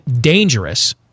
dangerous